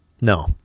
No